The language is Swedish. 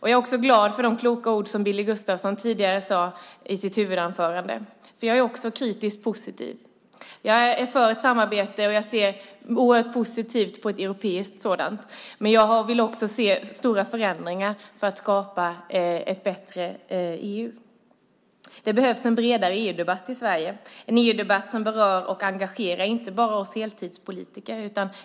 Jag är också glad för de kloka ord som Billy Gustafsson tidigare sade i sitt huvudanförande. Även jag är kritiskt positiv. Jag är för ett samarbete och jag ser oerhört positivt på ett europeiskt sådant. Men jag vill också se stora förändringar för att skapa ett bättre EU. Det behövs en bredare EU-debatt i Sverige, en EU-debatt som berör och engagerar inte bara oss heltidspolitiker.